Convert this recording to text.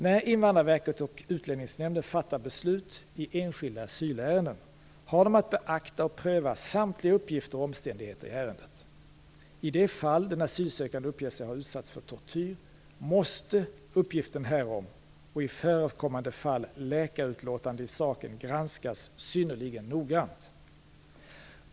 När Invandrarverket och Utlänningsnämnden fattar beslut i enskilda asylärenden har de att beakta och pröva samtliga uppgifter och omständigheter i ärendet. I de fall den asylsökande uppger sig ha utsatts för tortyr måste uppgiften härom - och i förekommande fall läkarutlåtande i saken - granskas synnerligen noggrant.